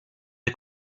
der